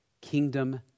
kingdom